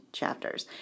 chapters